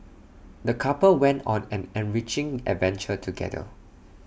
the couple went on an enriching adventure together